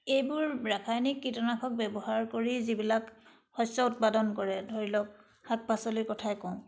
এইবোৰ ৰাসায়নিক কীটনাশক ব্যৱহাৰ কৰি যিবিলাক শস্য উৎপাদন কৰে ধৰি লওক শাক পাচলিৰ কথাই কওঁ